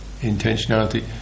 intentionality